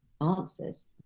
answers